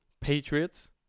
Patriots